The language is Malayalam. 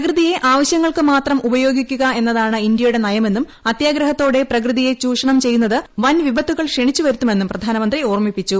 പ്രകൃതിയെ ആവശ്യങ്ങൾക്ക് മാത്രം ഉപയോഗിക്കുക എന്നതാണ് ഇന്ത്യയുടെ നയമെന്നും അത്യാഗ്രഹത്തോടെ പ്രകൃതിയെ ചൂഷണം ചെയ്യുന്നത് വൻ വിപത്തുകൾ ക്ഷണിച്ചുവരുത്തുമെന്നും പ്രധാനമന്ത്രി ഓർമ്മിപ്പിച്ചു